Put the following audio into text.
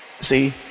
See